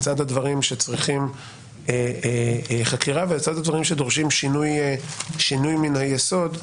לצד הדברים שצריכים חקירה ולצד הדברים שדורשים שינוי מן היסוד,